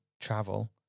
travel